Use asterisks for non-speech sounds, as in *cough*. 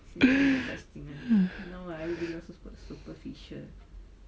*breath*